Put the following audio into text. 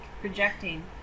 Projecting